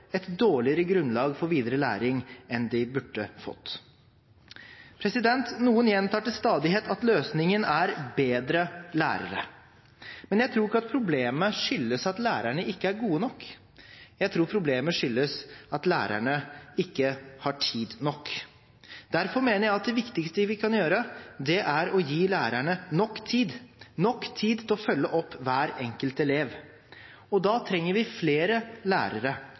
et dårligere grunnlag for videre læring enn de burde fått. Noen gjentar til stadighet at løsningen er bedre lærere. Jeg tror ikke at problemet er at lærerne ikke er gode nok, jeg tror problemet er at lærerne ikke har tid nok. Derfor mener jeg at det viktigste vi kan gjøre, er å gi lærerne nok tid – nok tid til å følge opp hver enkelt elev. Da trenger vi flere lærere